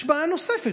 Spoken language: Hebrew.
יש בעיה נוספת,